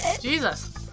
Jesus